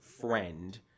friend